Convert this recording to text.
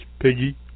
Piggy